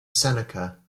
seneca